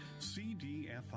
CDFI